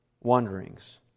wanderings